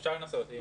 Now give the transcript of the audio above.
בסדר.